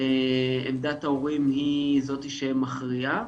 עמדת ההורים היא זאת שמכריעה.